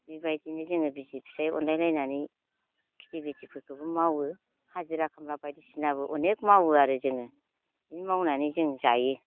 बेबायदिनो जोङो बिसि फिसाय अनलायलायनानै खिथि बिथिफोरखौबो मावो हाजिरा खामला बायदिसिनाबो अनेख मावो आरो जोङो इदि मावनानै जों जायो